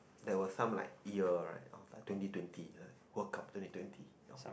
there was some like year right orh twenty twenty the World Cup twenty twenty